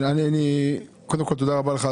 תודה רבה לך,